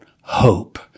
hope